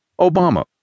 Obama